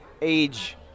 age